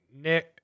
Nick